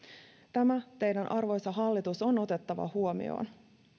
tämä teidän arvoisa hallitus on otettava huomioon